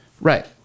Right